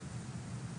מועדי?